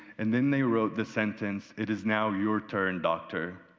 and then they wrote the sentence, it is now your turn, doctor.